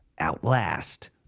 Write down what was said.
Outlast